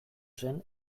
zen